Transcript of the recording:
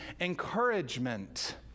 encouragement